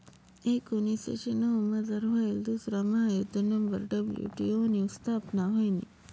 एकोनीसशे नऊमझार व्हयेल दुसरा महायुध्द नंतर डब्ल्यू.टी.ओ नी स्थापना व्हयनी